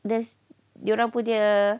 there's dia orang punya